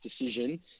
decision